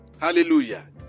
Hallelujah